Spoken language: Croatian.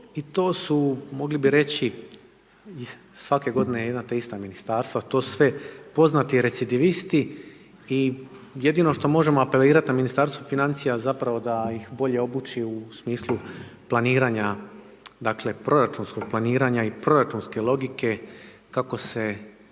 I to su mogli bi reći svake g. jedna te ista ministarstva, to sve poznati recidivisti i jedino što možemo apelirati na Ministarstvo financija zapravo da ih bolje obuči u smislu planiranja proračunskog planiranja i proračunske logike kako se